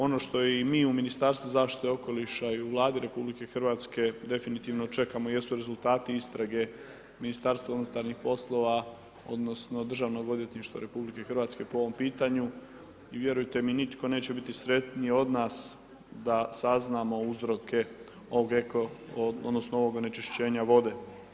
Ono što i mi u Ministarstvu zaštite okoliša i u Vladi RH definitivno čekamo jesu rezultati istrage Ministarstva unutarnjih poslova, odnosno Državnog odvjetništva RH po ovom pitanju i vjerujte mi nitko neće biti sretniji od nas da saznamo uzroke ovog eko, odnosno ovog onečišćenja vode.